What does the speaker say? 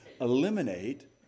eliminate